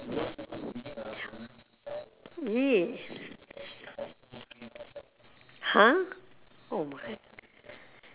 !ee! !huh! oh my